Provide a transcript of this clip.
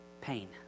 Pain